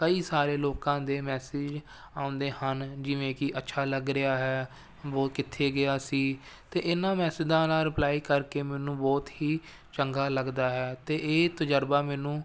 ਕਈ ਸਾਰੇ ਲੋਕਾਂ ਦੇ ਮੈਸੇਜ ਆਉਂਦੇ ਹਨ ਜਿਵੇਂ ਕਿ ਅੱਛਾ ਲੱਗ ਰਿਹਾ ਹੈ ਵੋ ਕਿੱਥੇ ਗਿਆ ਸੀ ਅਤੇ ਇਹਨਾਂ ਮੈਂ ਸਿੱਧਾ ਨਾਲ ਰਿਪਲਾਈ ਕਰਕੇ ਮੈਨੂੰ ਬਹੁਤ ਹੀ ਚੰਗਾ ਲੱਗਦਾ ਹੈ ਅਤੇ ਇਹ ਤਜਰਬਾ ਮੈਨੂੰ